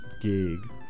gig